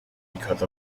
because